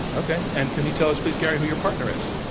okay. and can you tell us, please, gary, who your partner is?